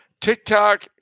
TikTok